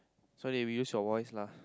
so they will use your voice lah